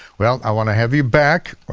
well, i wanna have you back.